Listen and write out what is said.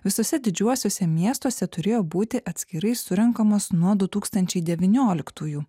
visuose didžiuosiuose miestuose turėjo būti atskirai surenkamos nuo du tūkstančiai devynioliktųjų